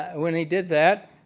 when he did that,